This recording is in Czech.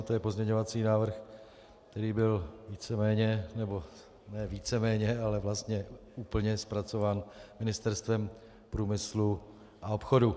Je to pozměňovací návrh, který byl víceméně, nebo ne víceméně, ale vlastně úplně zpracován Ministerstvem průmyslu a obchodu.